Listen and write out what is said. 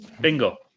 Bingo